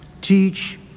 teach